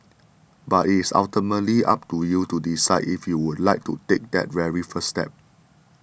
but it is ultimately up to you to decide if you would like to take that very first step